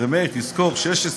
16) מאיר, תזכור, 16,